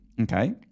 okay